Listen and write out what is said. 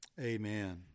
Amen